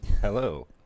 Hello